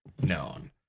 known